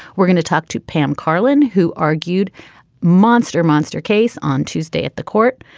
we're going to talk to pam karlan who argued monster monster case on tuesday at the court.